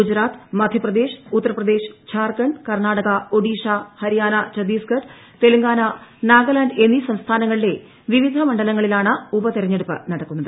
ഗുജറാത്ത് മധ്യപ്രദേശ് ് ഉത്തർപ്രദേശ് ഝാർഖണ്ഡ് കർണാടക ഒഡീഷ ഹരിയാന ഛത്തീസ്ഗഡ് തെലങ്കാന നാഗാലാൻഡ് എന്നീ സംസ്ഥാനങ്ങളിലെ വിവിധ മണ്ഡലങ്ങളിലാണ് ഉപതെരഞ്ഞെടുപ്പ് നടക്കുന്നത്